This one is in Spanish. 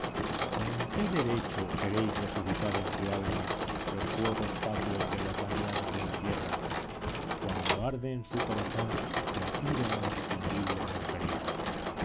con qué derecho queréis resucitar en su alma los fuegos fatuos de las vanidades de la tierra cuando arde en su corazón la pira inextinguible de la caridad